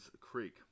Creek